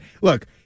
Look